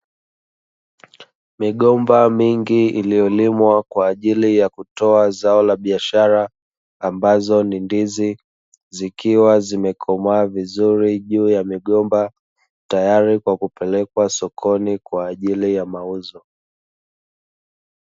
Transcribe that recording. Migomba mingi iliyolimwa kwa ajili ya kutoa zao la biashara, ambazo ni ndizi, zikiwa zimekomaa vizuri juu ya migomba, tayari kwa kupelekwa sokoni kwa ajili ya mauzo.